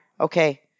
Okay